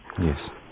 Yes